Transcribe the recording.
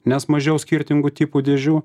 nes mažiau skirtingų tipų dėžių